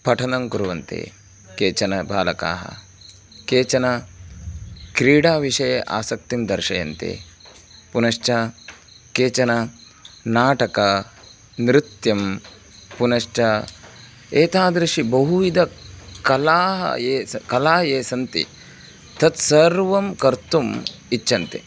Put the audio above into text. पठनं कुर्वन्ति केचन बालकाः केचन क्रीडा विषये आसक्तिं दर्शयन्ति पुनश्च केचन नाटकं नृत्यं पुनश्च एतादृशी बहुविध कलाः ये स कलाः ये सन्ति तत्सर्वं कर्तुम् इच्छन्ति